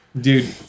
Dude